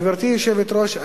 גברתי היושבת-ראש,